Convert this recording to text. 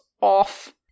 off-